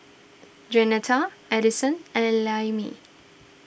Jeanetta Addison and Lemmie